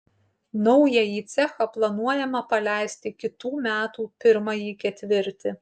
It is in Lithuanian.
naująjį cechą planuojama paleisti kitų metų pirmąjį ketvirtį